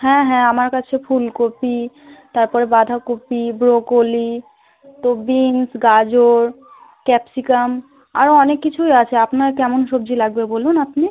হ্যাঁ হ্যাঁ আমার কাছে ফুলকপি তারপরে বাঁধাকপি ব্রোকোলি ও বিনস গাজর ক্যাপসিকাম আরও অনেক কিছুই আছে আপনার কেমন সবজি লাগবে বলুন আপনি